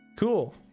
Cool